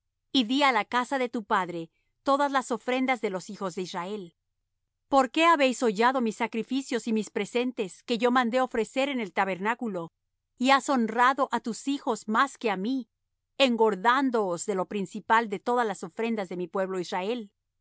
y dí á la casa de tu padre todas las ofrendas de los hijos de israel por qué habéis hollado mis sacrificios y mis presentes que yo mandé ofrecer en el tabernáculo y has honrado á tus hijos más que á mí engordándoos de lo principal de todas las ofrendas de mi pueblo israel